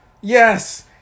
Yes